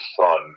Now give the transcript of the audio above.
son